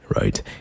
right